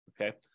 okay